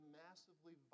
massively